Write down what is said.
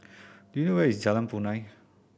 do you know where is Jalan Punai